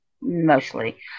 mostly